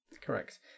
correct